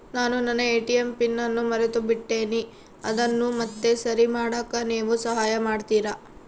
ನಾನು ನನ್ನ ATM pin ಅನ್ನು ಮರೆತುಬಿಟ್ಟೇನಿ ಅದನ್ನು ಮತ್ತೆ ಸರಿ ಮಾಡಾಕ ನೇವು ಸಹಾಯ ಮಾಡ್ತಿರಾ?